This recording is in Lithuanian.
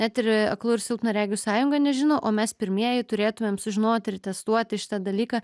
net ir aklų ir silpnaregių sąjunga nežino o mes pirmieji turėtumėm sužinoti ir testuoti šitą dalyką